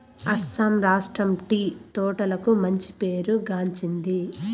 అస్సాం రాష్ట్రం టీ తోటలకు మంచి పేరు గాంచింది